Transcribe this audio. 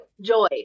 joy